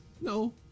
No